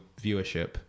viewership